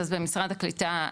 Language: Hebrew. אז במשרד הקליטה,